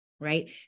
Right